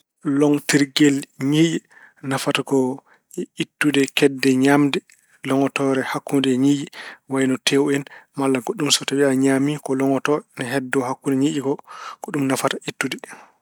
Logtirgel ñiiye nafata ko ittude kedde ñaamde longotoore hakkunde ñiiƴe ko wayno tewu en walla goɗɗum so tawi a ñaami ko longoto, ina heddo hakkunde ñiiƴe ko, ko ɗum nafata ittude.